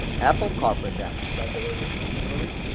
apple carplay demo. set the radio to auxiliary.